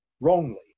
wrongly